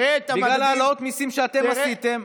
בגלל העלאות מיסים שאתם עשיתם.